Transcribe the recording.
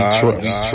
trust